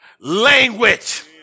language